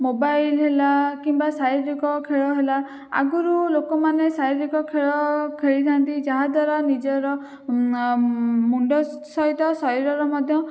mobile ହେଲା କିମ୍ବା ଶାରୀରିକ ଖେଳ ହେଲା ଆଗରୁ ଲୋକମାନେ ଶାରୀରିକ ଖେଳ ଖେଳିଥାନ୍ତି ଯାହାଦ୍ୱାରା ନିଜର ମୁଣ୍ଡ ସହିତ ଶରୀରର ମଧ୍ୟ